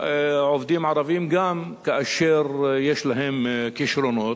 עובדים ערבים גם כאשר יש להם כשרונות.